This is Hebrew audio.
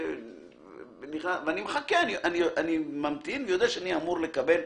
אני יודע שאני אמור לקבל.